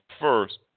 first